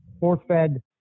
force-fed